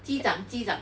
机长机长